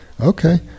okay